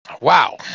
Wow